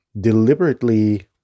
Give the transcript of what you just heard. deliberately